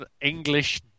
English